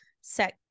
set